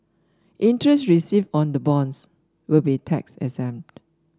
interest received on the bonds will be tax exempt